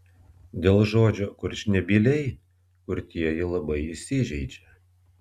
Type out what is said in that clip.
dėl žodžio kurčnebyliai kurtieji labai įsižeidžia